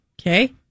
Okay